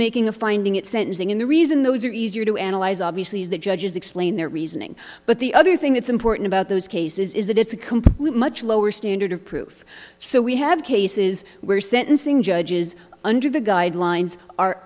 making a finding at sentencing in the reason those are easier to analyze obviously as the judges explain their reasoning but the other thing that's important about those cases is that it's a complete much lower standard of proof so we have cases where sentencing judges under the guidelines are